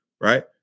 Right